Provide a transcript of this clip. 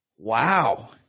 Wow